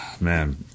man